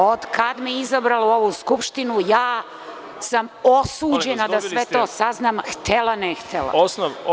Od kad me je izabralo u ovu Skupštinu, ja sam osuđena da sve to saznam, htela-ne htela.